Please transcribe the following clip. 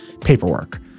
paperwork